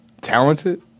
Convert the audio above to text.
Talented